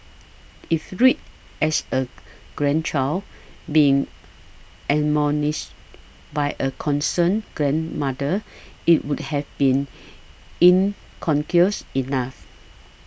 if read as a grandchild being admonished by a concerned grandmother it would have been enough